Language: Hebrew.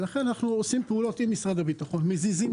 לכן אנחנו עושים פעולות עם משרד הביטחון מזיזים